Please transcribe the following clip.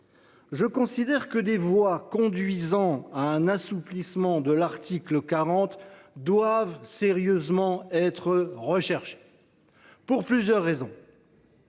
je considère que des voies conduisant à un assouplissement de l’article 40 doivent être sérieusement recherchées, et ce pour plusieurs raisons.